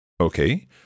Okay